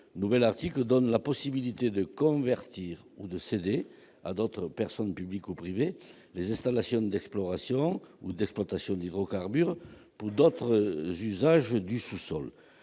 ce nouvel article ouvre la possibilité de convertir ou de céder à d'autres personnes publiques ou privées les installations d'exploration ou d'exploitation d'hydrocarbures en vue d'autres usages du sous-sol.